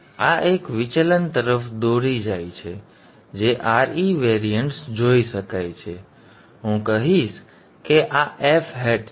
હવે આ એક વિચલન તરફ દોરી જાય છે જે Re વેરિઅન્ટ્સ જોઈ શકાય છે તેથી હું કહીશ કે આ f હેટ છે